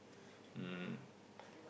um